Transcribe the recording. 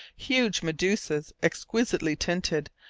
huge medusas, exquisitely tinted,